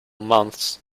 months